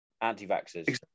anti-vaxxers